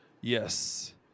Yes